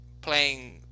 playing